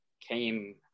came